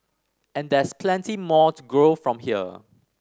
and there's plenty more to grow from here